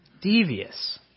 Devious